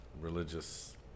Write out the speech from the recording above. religious